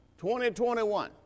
2021